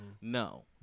No